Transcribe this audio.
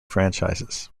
franchises